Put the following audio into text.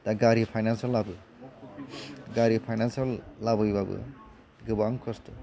दा गारि फाइनान्सआव लाबो गारि फाइनान्साव लाबोयोब्लाबो गोबां खस्थ'